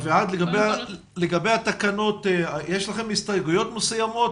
אביעד, לגבי התקנות, יש לכם הסתייגויות מסוימות?